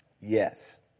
Yes